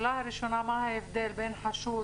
ההבדל בין חשוד